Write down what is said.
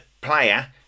player